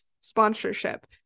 sponsorship